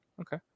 Okay